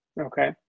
Okay